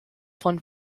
von